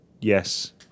Yes